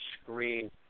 screen